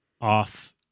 off